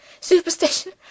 Superstition